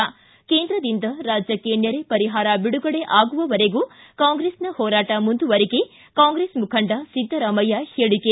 ಿ ಕೇಂದ್ರದಿಂದ ರಾಜ್ಯಕ್ಷೆ ನೆರೆ ಪರಿಹಾರ ಬಿಡುಗಡೆ ಆಗುವವರೆಗೂ ಕಾಂಗ್ರೆಸ್ನ ಹೋರಾಟ ಮುಂದುವರಿಕೆ ಕಾಂಗ್ರೆಸ್ ಮುಖಂಡ ಸಿದ್ದರಾಮಯ್ಯ ಹೇಳಿಕೆ